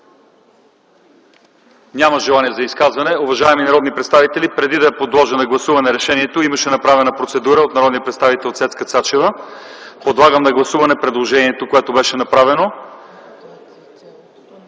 Няма. Желания за изказване? Няма. Уважаеми народни представители, преди да подложа на гласуване решението, имаше направено процедурно предложение от народния представител Цецка Цачева. Подлагам на гласуване предложението, което беше направено